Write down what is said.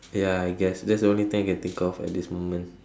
ya I guess that's the only thing I can think of at this moment